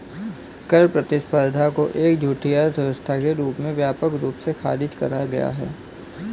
कर प्रतिस्पर्धा को एक झूठी अर्थव्यवस्था के रूप में व्यापक रूप से खारिज करा गया है